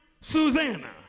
Susanna